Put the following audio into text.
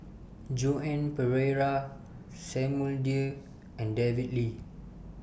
Joan Pereira Samuel Dyer and David Lee